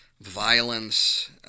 violence